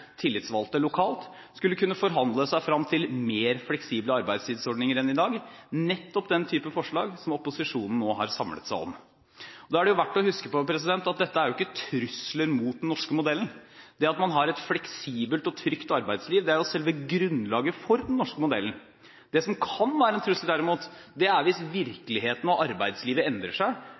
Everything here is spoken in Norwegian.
tillitsvalgte lokalt skulle kunne forhandle seg frem til mer fleksible arbeidstidsordninger enn i dag – nettopp den type forslag som opposisjonen nå har samlet seg om. Da er det verdt å huske på at dette ikke er trusler mot den norske modellen. Det at man har et fleksibelt og trygt arbeidsliv, er jo selve grunnlaget for den norske modellen. Det som derimot kan være en trussel, er hvis virkeligheten og arbeidslivet endrer seg